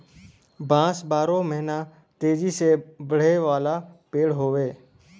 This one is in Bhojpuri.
बांस बारहो महिना तेजी से बढ़े वाला पेड़ हउवे